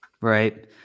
Right